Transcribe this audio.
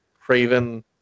craven